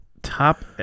Top